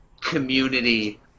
community